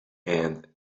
and